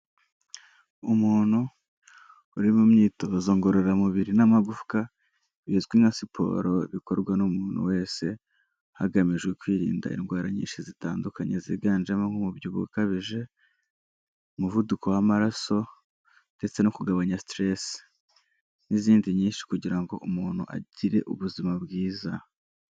Umuntu uri mu myitozo ngororamubiri n'amagufwa bizwi nka siporo bikorwa n'umuntu wese, hagamijwe kwirinda indwara nyinshi zitandukanye ziganjemo nk' umubyibuho ukabije, umuvuduko w'amaraso, ndetse no kugabanya siteresi n'izindi nyinshi kugira ngo umuntu agire ubuzima bwiza.